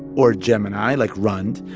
or a gemini, like rund,